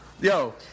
Yo